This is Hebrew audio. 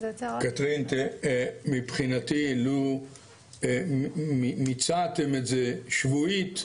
קתרין תראי, מבחינתי לו מיצעתם את זה שבועית,